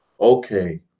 okay